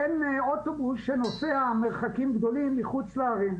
אין אוטובוס שנוסע מרחקים גדולים מחוץ לערים.